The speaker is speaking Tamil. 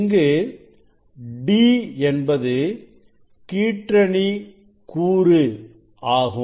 இங்கு d என்பது கீற்றணி கூறு ஆகும்